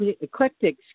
eclectic